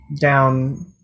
down